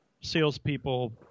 salespeople